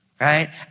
Right